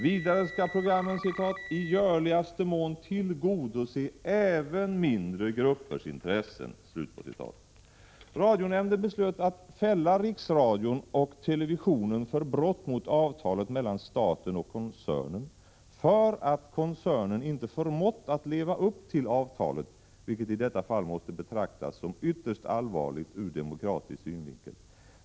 Vidare skall programmen ”i görligaste mån tillgodose även mindre gruppers intressen”. Radionämnden beslöt att fälla riksradion och televisionen för brott mot avtalet mellan staten och koncernen för att koncernen inte förmått att leva upp till avtalet, vilket i detta fall måste betraktas som ytterst allvarligt ur demokratisk synvinkel.